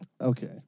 Okay